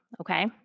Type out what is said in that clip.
okay